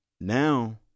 now